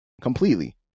completely